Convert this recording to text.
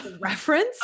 Reference